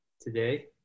today